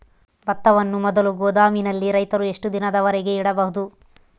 ಭತ್ತವನ್ನು ಮೊದಲು ಗೋದಾಮಿನಲ್ಲಿ ರೈತರು ಎಷ್ಟು ದಿನದವರೆಗೆ ಇಡಬಹುದು?